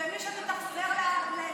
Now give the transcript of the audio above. ומי שמתאכזר למסכנים,